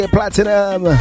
Platinum